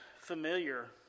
familiar